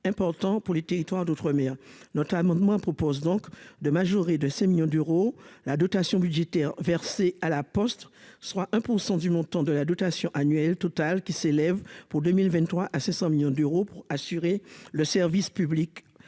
important pour les territoires d'outre-mer, notre amendement propose donc de majorer de ces millions d'euros, la dotation budgétaire versée à la Poste, soit 1 % du montant de la dotation annuelle totale qui s'élève pour 2023 à 500 millions d'euros pour assurer le service public